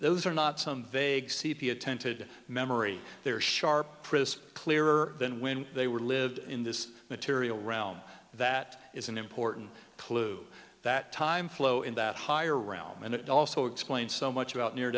those are not some vague sepia tented memory they're sharp pris clearer than when they were lived in this material realm that is an important clue that time flow in that higher around and it also explains so much about near